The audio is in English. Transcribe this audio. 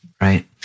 Right